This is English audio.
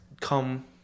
come